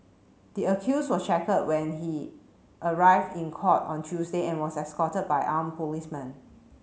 the accused was shackled when he arrived in court on Tuesday and was escorted by armed policemen